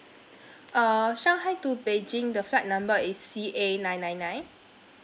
err shanghai to beijing the flight number is C A nine nine nine